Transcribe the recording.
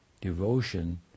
devotion